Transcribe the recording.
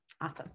Awesome